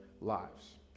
lives